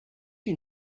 you